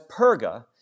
Perga